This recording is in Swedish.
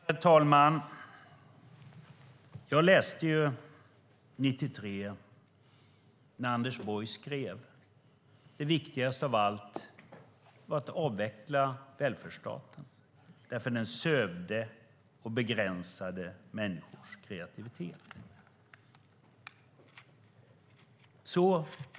Herr talman! Jag läste det som Anders Borg skrev 1993 om att det viktigaste av allt var att avveckla välfärdsstaten därför att den sövde och begränsade människors kreativitet.